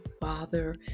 Father